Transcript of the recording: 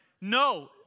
No